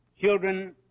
children